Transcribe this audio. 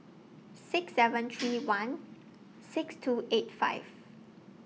six seven three one six two eight five